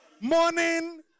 Morning